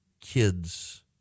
kids